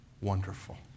Wonderful